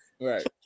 right